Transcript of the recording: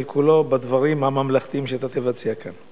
כולו בדברים הממלכתיים שאתה תבצע כאן.